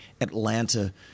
Atlanta